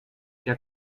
der